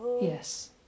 Yes